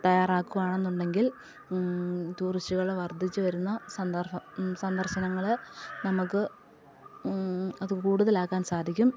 തയ്യാറാക്കുകയാണെന്നുണ്ടെങ്കിൽ ടൂറിസ്റ്റുകൾ വർധിച്ചുവരുന്ന സന്ദർഭം സന്ദർശനങ്ങൾ നമുക്ക് അത് കൂടുതലാക്കാൻ സാധിക്കും